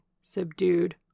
subdued